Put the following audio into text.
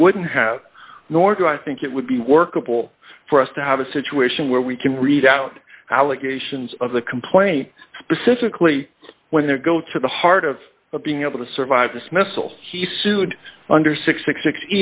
he wouldn't have nor do i think it would be workable for us to have a situation where we can read out allegations of the complaint specifically when there go to the heart of being able to survive dismissal he sued under six